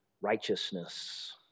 righteousness